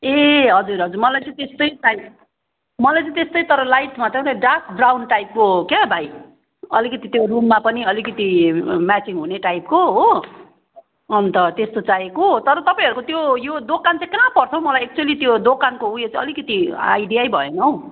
ए हजुर हजुर मलाई चाहिँ त्यस्तै चाहिएको छ मलाई चाहिँ त्यस्तै तर लाइटमा त्यहामाथि डार्क ब्राउन टाइपको क्या भाइ अलिकति त्यो रुममा पनि अलिकति म्याचिङ हुने टाइपको हो अन्त त्यस्तो चाहिएको तर तपाईँहरूको त्यो यो दोकान चाहिँ कहाँ पर्छ हो मलाई एक्चुली त्यो दोकानको उयो चाहिँ अलिकति आइडियै भएन हो